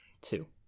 Two